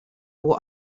what